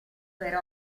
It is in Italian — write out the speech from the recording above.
per